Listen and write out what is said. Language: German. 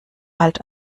halt